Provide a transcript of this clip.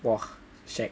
!wah! shag